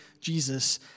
Jesus